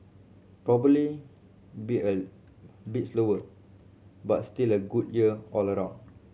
probably be a bit slower but still a good year all around